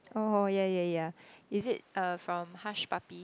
oh yeah yeah yeah is it from uh Hush Puppy